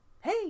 Hey